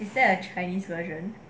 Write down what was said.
is there a chinese version